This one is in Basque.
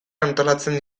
antolatzen